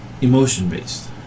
emotion-based